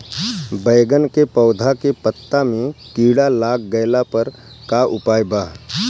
बैगन के पौधा के पत्ता मे कीड़ा लाग गैला पर का उपाय बा?